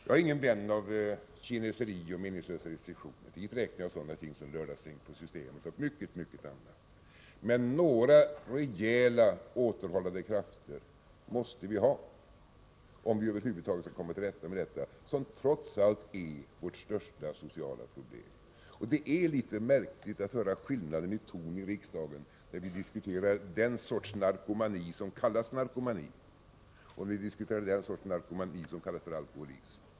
Jag är ingen vän av kineseri och meningslösa restriktioner — dit räknar jag ting som lördagsstängt på Systemet och mycket annat — men några rejäla, återhållande krafter måste vi ha, om vi över huvud taget skall komma till rätta med det som trots allt är vårt största sociala problem. Det är litet märkligt att höra skillnaden i ton i riksdagen när vi diskuterar den sortens narkomani som kallas just narkomani och den sortens narkomani som kallas alkoholism.